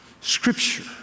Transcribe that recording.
scripture